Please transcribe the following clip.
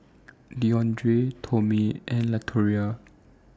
Deondre Tomie and Latoria